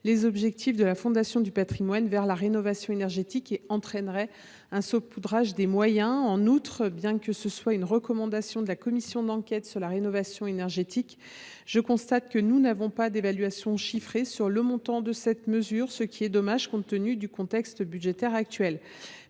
les objectifs de la Fondation du patrimoine vers la rénovation énergétique et entraînerait un saupoudrage des moyens. En outre, même s’il s’agit d’une recommandation de la commission d’enquête sur la rénovation énergétique, je constate que nous ne disposons pas d’évaluation chiffrée sur le montant de cette mesure, ce qui est dommage compte tenu du contexte budgétaire actuel.